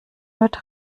mit